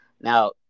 Now